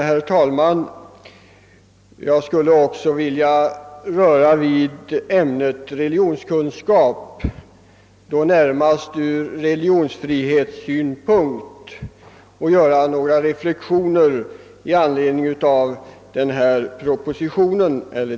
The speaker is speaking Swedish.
Herr talman! Även jag skulle vilja beröra ämnet religionskunskap, då närmast ur religionsfrihetssynpunkt, och göra några reflexioner med anledning av de föreliggande propositionerna.